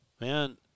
man –